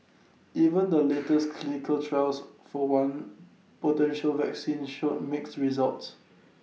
even the latest clinical trials for one potential vaccine showed mixed results